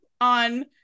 on